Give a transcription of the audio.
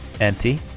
empty